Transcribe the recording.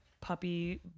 puppy